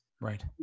Right